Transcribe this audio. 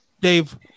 Dave